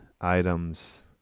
items